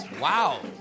Wow